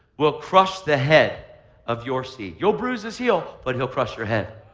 will crush the head of your seed. you'll bruise his heel, but he'll crush your head.